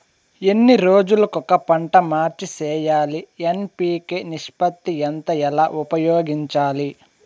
ఎన్ని రోజులు కొక పంట మార్చి సేయాలి ఎన్.పి.కె నిష్పత్తి ఎంత ఎలా ఉపయోగించాలి?